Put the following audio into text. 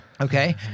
Okay